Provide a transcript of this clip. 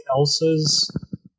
Elsa's